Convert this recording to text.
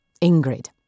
Ingrid